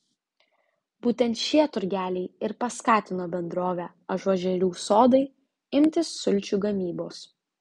būtent šie turgeliai ir paskatino bendrovę ažuožerių sodai imtis sulčių gamybos